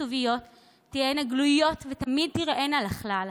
הכתוביות יהיו גלויות ותמיד ייראו לכלל.